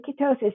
ketosis